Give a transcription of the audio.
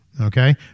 Okay